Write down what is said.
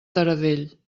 taradell